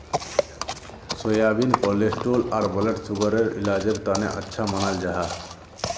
soybean cholesterol आर blood सुगरर इलाजेर तने अच्छा मानाल जाहा